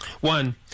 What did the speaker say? one